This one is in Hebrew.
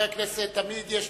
חברי הכנסת, תמיד יש